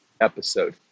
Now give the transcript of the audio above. episode